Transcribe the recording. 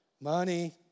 Money